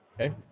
Okay